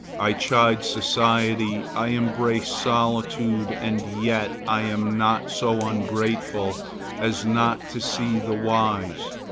i chide society, i embrace solitude, and yet i am not so ungrateful as not to see the wise,